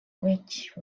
leech